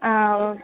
ఓ